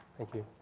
thank you.